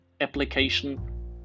application